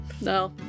No